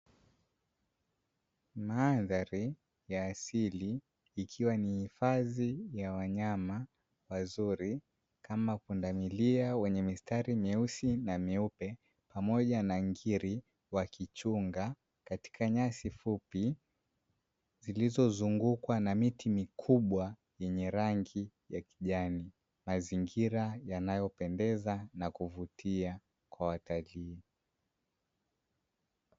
Mandhari ya asili ikiwa ni hifadhi ya wanyama wazuri kama pundamilia wenye mistari mieusi na mieupe pamoja na ngiri wakichunga katika nyasi fupi zilizozungukwa na miti mikubwa yenye rangi ya kijani, mazingira yanayopendeza na kuvutia kwa watalii.